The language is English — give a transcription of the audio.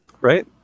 Right